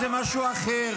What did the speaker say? זה משהו אחר.